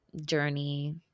journey